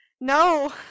no